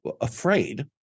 afraid